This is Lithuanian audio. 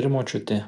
ir močiutė